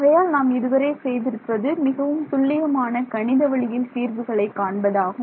ஆகையால் நாம் இதுவரை செய்திருப்பது மிகவும் துல்லியமான கணித வழியில் தீர்வுகளை காண்பதாகும்